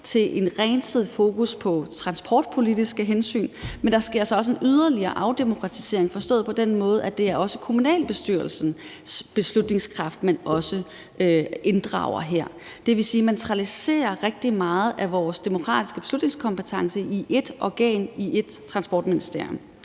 til en ensidig fokus på transportpolitiske hensyn, dels en yderligere afdemokratisering forstået på den måde, at det også er kommunalbestyrelsens beslutningskraft, man inddrager her. Det vil sige, at man centraliserer rigtig meget af vores demokratiske beslutningskompetence i ét organ i ét Transportministerium.